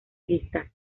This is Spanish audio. listas